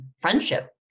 friendship